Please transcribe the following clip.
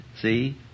see